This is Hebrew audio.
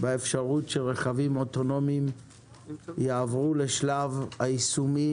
באפשרות שרכבים אוטונומיים יעברו לשלב היישומי